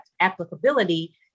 applicability